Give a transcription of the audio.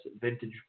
vintage